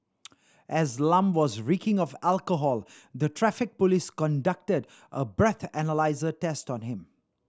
as Lam was reeking of alcohol the Traffic Police conducted a breathalyser test on him